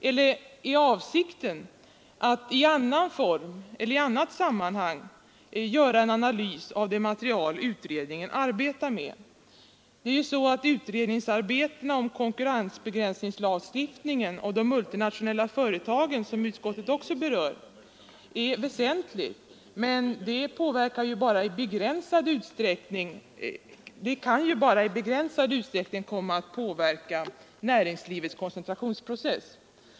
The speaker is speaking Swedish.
Eller är avsikten att man i annan form eller i annat sammanhang skall göra en analys av det material utredningen arbetat med? Utredningsarbetena om konkurrensbegränsningslagstiftningen och de multinationella företagen, som utskottet också berör, är väsentliga men kan ju bara i begränsad utsträckning komma att påverka näringslivets koncentrationsprocess.